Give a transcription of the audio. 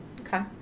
Okay